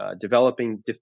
developing